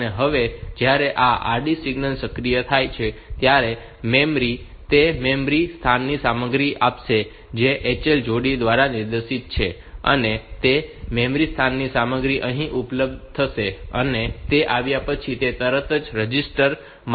અને હવે જ્યારે આ RD સિગ્નલ સક્રિય થાય છે ત્યારે મેમરી તે મેમરી સ્થાનની સામગ્રી આપશે જે HL જોડી દ્વારા નિર્દેશિત છે અને તે મેમરી સ્થાનની સામગ્રી અહીં ઉપલબ્ધ થશે અને તે આવ્યા પછી તે તરત જ રજિસ્ટર માં લોડ કરવામાં આવશે